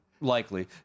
likely